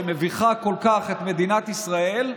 שמביכה כל כך את מדינת ישראל,